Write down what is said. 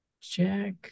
Check